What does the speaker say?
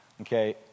Okay